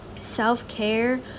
self-care